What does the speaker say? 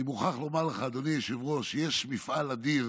אני מוכרח לומר לך, אדוני היושב-ראש, יש מפעל אדיר